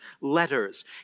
letters